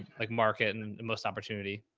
like market and the most opportunity.